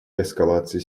эскалации